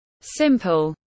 simple